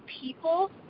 people